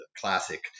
classic